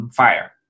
fire